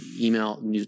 email